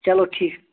چلو ٹھیٖک